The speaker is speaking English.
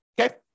Okay